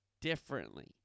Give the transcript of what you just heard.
differently